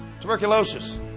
tuberculosis